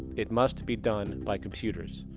it must be done by computers,